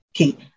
Okay